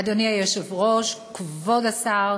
אדוני היושב-ראש, כבוד השר,